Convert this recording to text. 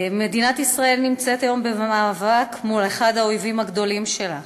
מדינת ישראל נמצאת היום במאבק מול אחד האויבים הגדולים שלה,